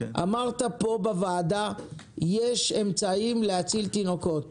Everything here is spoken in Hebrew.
אמרת פה בוועדה שיש אמצעים להציל תינוקות